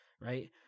right